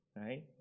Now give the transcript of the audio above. right